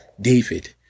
David